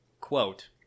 quote